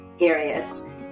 areas